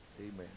amen